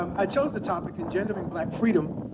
um i chose the topic engendering black freedom,